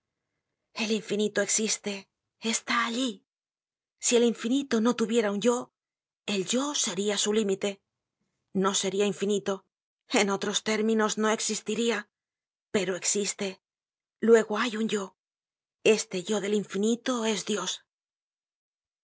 el infinito existe está allí si el infinito no tuviera un yo el yo seria su límite no sería infinito en otros términos no existiria pero existe luego hay un yo este yo del infinito es dios